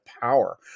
power